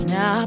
Now